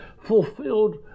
fulfilled